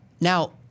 Now